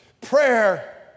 Prayer